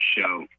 show